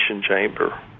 chamber